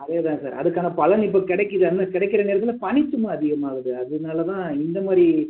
அதே தான் சார் அதுக்கான பலன் இப்போது கிடைக்கிது அந்த கிடைக்கிற நேரத்தில் பணிச்சுமை அதிகமாக ஆகுது அதனால தான் இந்தமாதிரி